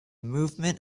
movement